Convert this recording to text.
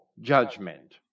judgment